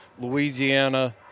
Louisiana